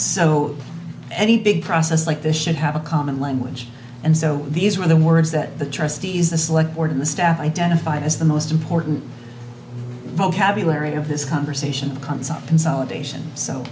so any big process like this should have a common language and so these were the words that the trustees the select board in the staff identified as the most important vocabulary of this conversation comes up consolidation so